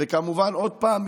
וכמובן עוד פעם,